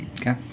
okay